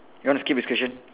you want to skip this question